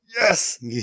yes